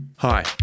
Hi